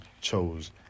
chose